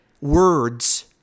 words